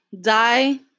die